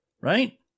right